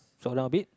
slow down a bit